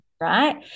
Right